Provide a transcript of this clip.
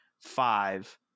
five